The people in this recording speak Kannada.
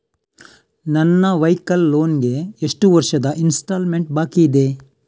ನನ್ನ ವೈಕಲ್ ಲೋನ್ ಗೆ ಎಷ್ಟು ವರ್ಷದ ಇನ್ಸ್ಟಾಲ್ಮೆಂಟ್ ಬಾಕಿ ಇದೆ?